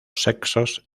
sexos